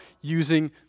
using